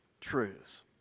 truths